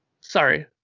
Sorry